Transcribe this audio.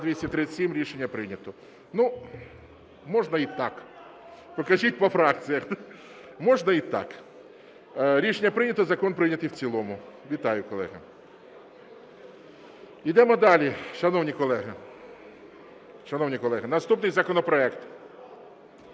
За-237 Рішення прийнято. Можна й так. Покажіть по фракціях. Можна й так. Рішення прийнято. Закон прийнятий в цілому. Вітаю, колеги. Йдемо далі, шановні колеги. Шановні колеги, наступний законопроект